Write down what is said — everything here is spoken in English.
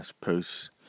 posts